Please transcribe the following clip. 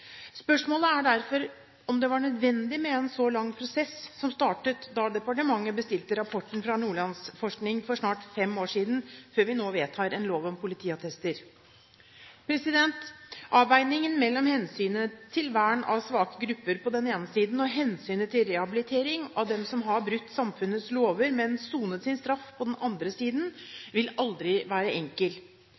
Spørsmålet er derfor om det var nødvendig med en så lang prosess – som startet da departementet bestilte rapporten fra Nordlandsforskning for snart fem år siden – før vi nå vedtar en lov om politiattester. Avveiningen mellom hensynet til vern av svake grupper på den ene siden og på den andre siden hensynet til rehabilitering av dem som har brutt samfunnets lover, men sonet sin straff, vil aldri være enkel.